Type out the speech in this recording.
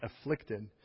afflicted